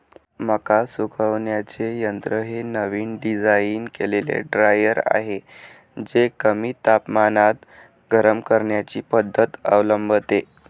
मका सुकवण्याचे यंत्र हे नवीन डिझाइन केलेले ड्रायर आहे जे कमी तापमानात गरम करण्याची पद्धत अवलंबते